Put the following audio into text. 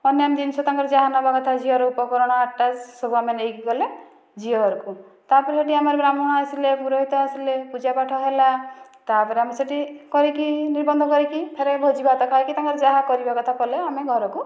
ଅନ୍ୟାନ୍ୟ ଜିନିଷ ତାଙ୍କର ଯାହା ନେବା କଥା ଝିଅର ଉପକରଣ ଆଟାଚ ସବୁ ଆମେ ନେଇକି ଗଲେ ଝିଅଘରକୁ ତା'ପରେ ଆମର ବ୍ରାହ୍ମଣ ଆସିଲେ ପୁରୋହିତ ଆସିଲେ ପୂଜା ପାଠ ହେଲା ତା'ପରେ ଆମେ ସେଠି କରିକି ନିର୍ବନ୍ଧ କରିକି ଫେର ତାଙ୍କର ଭୋଜି ଭାତ ଖାଇକି ତାଙ୍କର ଯାହା କରିବା କଥା କଲେ ଆମେ ଘରକୁ